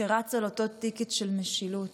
שרץ על אותו טיקט של משילות,